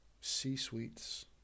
C-suites